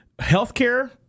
healthcare